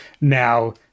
now